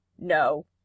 no